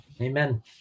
Amen